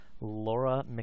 Laura